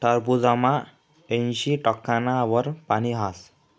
टरबूजमा ऐंशी टक्काना वर पानी हास